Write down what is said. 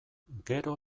gero